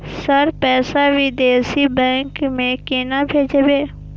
Sir पैसा विदेशी bank में केना भेजबे?